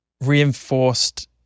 reinforced